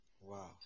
Wow